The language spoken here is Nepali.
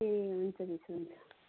ए हुन्छ मिस हुन्छ